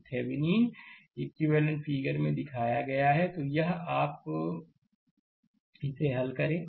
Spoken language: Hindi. तो थेविनीनइक्विवेलेंट फिगर में दिखाया गया है तो यह है आप इसे हल करें